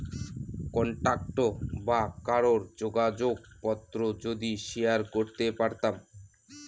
contact বা কারোর যোগাযোগ পত্র যদি শেয়ার করতে পারতাম